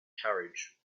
carriage